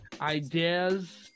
ideas